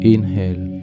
Inhale